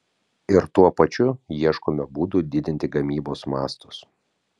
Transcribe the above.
ir tuo pačiu ieškome būdų didinti gamybos mastus